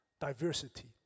Diversity